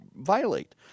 violate